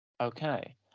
Okay